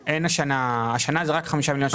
השנה אלה רק 5 מיליון שקלים.